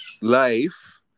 life